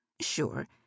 Sure